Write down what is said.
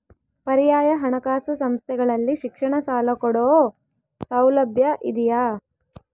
ಪರ್ಯಾಯ ಹಣಕಾಸು ಸಂಸ್ಥೆಗಳಲ್ಲಿ ಶಿಕ್ಷಣ ಸಾಲ ಕೊಡೋ ಸೌಲಭ್ಯ ಇದಿಯಾ?